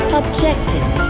objective